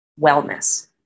wellness